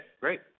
great